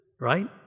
right